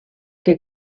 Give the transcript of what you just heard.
que